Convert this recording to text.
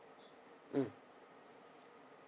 mm